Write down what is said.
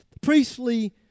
priestly